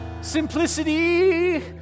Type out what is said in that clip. simplicity